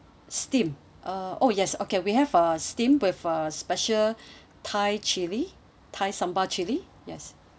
steam uh oh yes okay we have uh steamed with uh special thai chilli thai sambal chilli yes